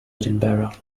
edinburgh